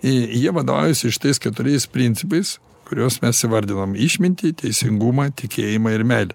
i jie vadovaujasi šitais keturiais principais kuriuos mes įvardinom išmintį teisingumą tikėjimą ir meilę